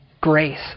grace